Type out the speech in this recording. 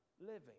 living